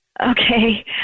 Okay